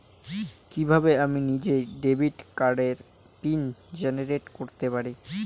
কিভাবে আমি নিজেই ডেবিট কার্ডের পিন জেনারেট করতে পারি?